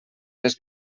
les